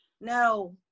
No